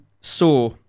Saw